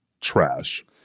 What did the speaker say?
trash